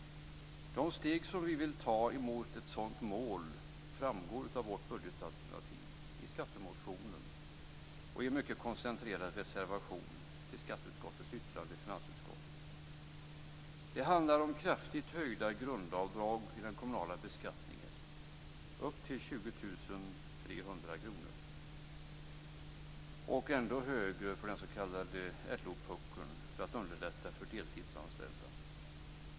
De steg som vi vill ta mot ett sådant mål framgår av vårt budgetalternativ, i skattemotionen och i en mycket koncentrerad reservation till skatteutskottets yttrande till finansutskottet. Det handlar om kraftigt höjda grundavdrag i den kommunala beskattningen, upp till 20 300 kr, och ännu högre för den s.k. LO-puckeln för att underlätta för deltidsanställda.